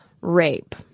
rape